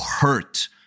hurt